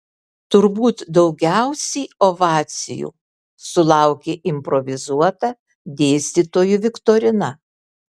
turbūt daugiausiai ovacijų sulaukė improvizuota dėstytojų viktorina